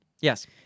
Yes